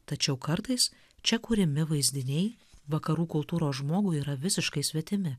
tačiau kartais čia kuriami vaizdiniai vakarų kultūros žmogui yra visiškai svetimi